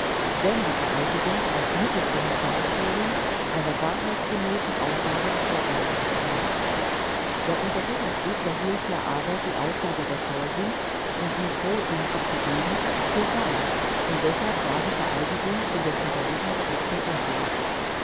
wenn die vereidigung als mittel zur herbeiführung führung einer wahrheitsgemäßen aussage erforderlich erscheint der untersuchungsrichter hielt ja aber die aussage der zeugin die sie vor ihm abgegeben für wahr und deshalb war die vereidigung für den untersuchungsrichter unzulässig